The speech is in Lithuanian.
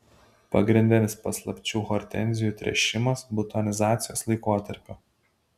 pagrindinis plačialapių hortenzijų tręšimas butonizacijos laikotarpiu